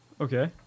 okay